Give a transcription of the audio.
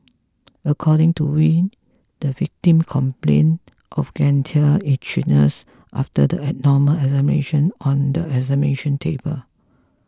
according to Wee the victim complain of genital itchiness after the abdominal examination on the examination table